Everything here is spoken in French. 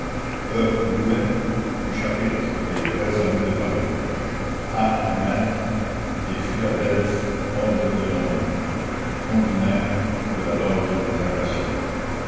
du chapitre des vrais amis de paris a lemaître des philadelphes or de londres conduner de la loge des acacias